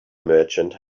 merchant